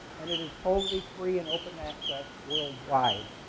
and it is totally free and open access worldwide.